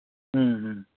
ᱦᱮᱸ ᱦᱮᱸ